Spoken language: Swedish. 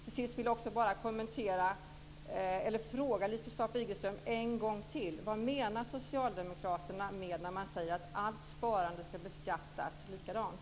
Till sist vill jag fråga Lisbeth Staaf-Igelström en gång till: Vad menar Socialdemokraterna när de säger att allt sparande ska beskattas likadant?